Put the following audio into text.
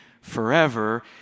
forever